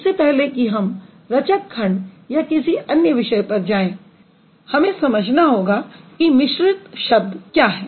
इससे पहले कि हम रचक खंड या किसी अन्य विषय पर जाएँ हमें समझना होगा कि मिश्रित शब्द क्या हैं